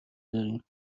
داریم